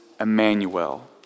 Emmanuel